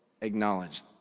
acknowledge